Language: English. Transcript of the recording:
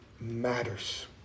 matters